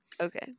okay